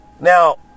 Now